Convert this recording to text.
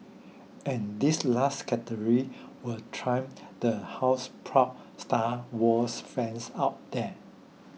and this last category will thrill the houseproud Star Wars fans out there